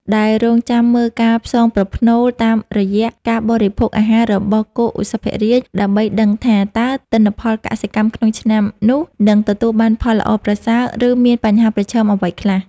ដែលរង់ចាំមើលការផ្សងប្រផ្នូលតាមរយៈការបរិភោគអាហាររបស់គោឧសភរាជ ដើម្បីដឹងថាតើទិន្នផលកសិកម្មក្នុងឆ្នាំនោះនឹងទទួលបានផលល្អប្រសើរ ឬមានបញ្ហាប្រឈមអ្វីខ្លះ។